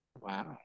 Wow